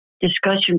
discussion